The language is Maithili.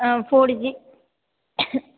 ऐंऽ ऽ फोर जी